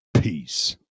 Peace